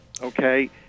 okay